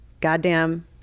goddamn